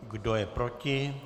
Kdo je proti?